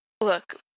Look